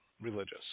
religious